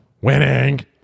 winning